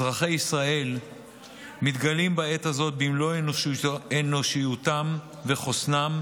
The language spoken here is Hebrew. אזרחי ישראל מתגלים בעת הזאת במלוא אנושיותם וחוסנם,